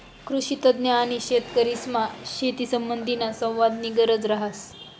कृषीतज्ञ आणि शेतकरीसमा शेतीसंबंधीना संवादनी गरज रहास